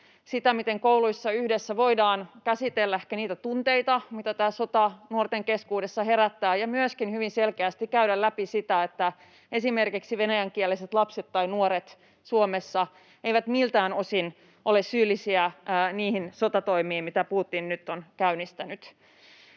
sitä, miten kouluissa yhdessä voidaan käsitellä ehkä niitä tunteita, mitä tämä sota nuorten keskuudessa herättää, ja myöskin hyvin selkeästi käydä läpi sitä, että esimerkiksi venäjänkieliset lapset tai nuoret Suomessa eivät miltään osin ole syyllisiä niihin sotatoimiin, mitä Putin nyt on käynnistänyt.